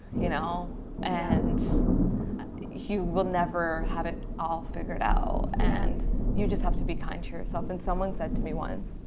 you know and you will never have it all figured out and you just have to be kind to yourself and someone said to me once